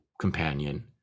companion